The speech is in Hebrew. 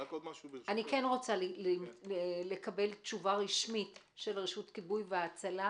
אני כן רוצה לקבל תשובה רשמית של רשות כיבוי והצלה,